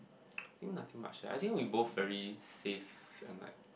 I think nothing much I think we both very safe and like